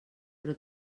però